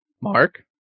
Mark